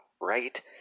right